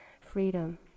freedom